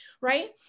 right